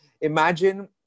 Imagine